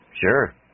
Sure